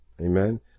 Amen